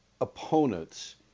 opponents